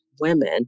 women